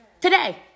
today